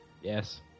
Yes